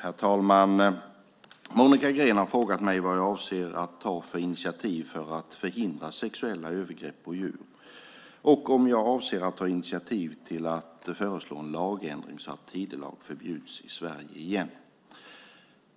Herr talman! Monica Green har frågat mig vad jag avser att ta för initiativ för att förhindra sexuella övergrepp på djur och om jag avser att ta initiativ till att föreslå en lagändring så att tidelag förbjuds i Sverige igen.